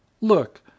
Look